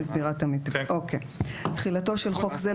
תחולה והוראות מעבר 15. תחילתו של חוק זה,